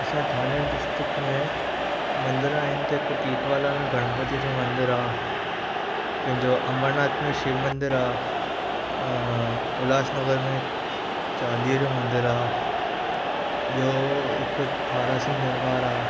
असांजे थाणे डिस्ट्रिक्ट में मंदर आहिनि त हिकु टिटवाला में गणपति जो मंदरु आहे पंहिंजो अमरनाथ में शिव मंदरु आहे ऐं उल्हासनगर में चालीहे जो मंदरु आहे ॿियो हिकु थारासिंह दरबारु आहे